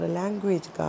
language